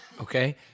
okay